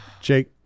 Jake